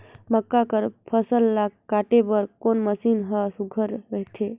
मक्का कर फसल ला काटे बर कोन मशीन ह सुघ्घर रथे?